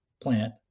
plant